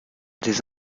des